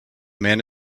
man